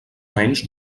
menys